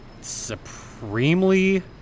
supremely